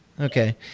Okay